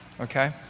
okay